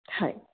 হয়